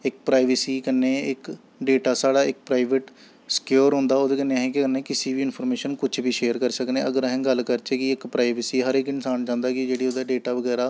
इक प्राइवेसी कन्नै इक डेटा साढ़ा इक प्राइवेट सक्योर होंदा ओह्दे कन्नै अस केह् करने किसै बी इंफर्मेशन कुछ बी शेयर करी सकनें अगर अस गल्ल करचै कि इक प्राइवेसी हर इक इन्सान चांह्दा कि जेह्ड़ी ओह्दा डेटा बगैरा